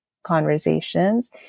conversations